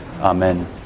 amen